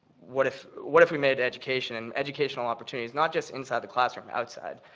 what if what if we made education, and educational opportunities, not just inside the classroom, outside,